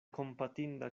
kompatinda